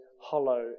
hollow